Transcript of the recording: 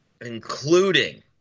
including